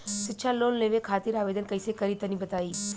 शिक्षा लोन लेवे खातिर आवेदन कइसे करि तनि बताई?